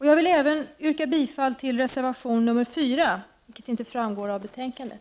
Jag vill även yrka bifall till reservation 4, trots att det inte framgår av betänkandet.